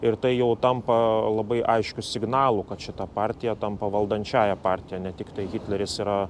ir tai jau tampa labai aiškiu signalu kad šita partija tampa valdančiąja partija ne tiktai hitleris yra